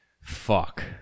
Fuck